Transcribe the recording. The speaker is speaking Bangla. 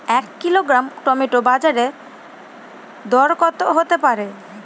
এক কিলোগ্রাম টমেটো বাজের দরকত হতে পারে?